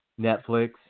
Netflix